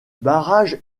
barrage